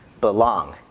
belong